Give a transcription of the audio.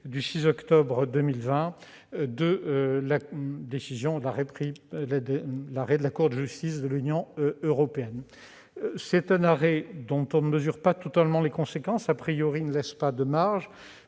du 6 octobre 2020 de la Cour de justice de l'Union européenne. C'est un arrêt dont on ne mesure pas totalement les conséquences., il ne laisse pas de marges,